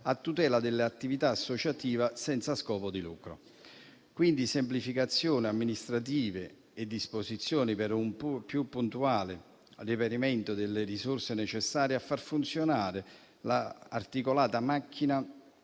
a tutela dell'attività associativa senza scopo di lucro. Quindi, si tratta di semplificazioni amministrative e disposizioni per un più puntuale reperimento delle risorse necessarie a far funzionare l'articolata macchina